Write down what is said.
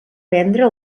vendre